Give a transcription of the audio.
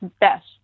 best